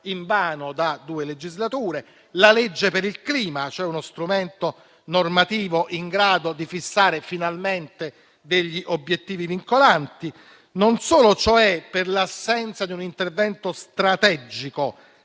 invano da due legislature; la legge per il clima, cioè uno strumento normativo in grado di fissare finalmente degli obiettivi vincolati. Non si tratta solo dell'assenza di un intervento strategico,